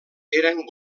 eren